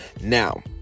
Now